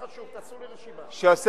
תשתתף בקריאה ראשונה, חבר הכנסת ברכה.